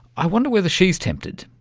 i wonder whether she's tempted?